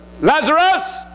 Lazarus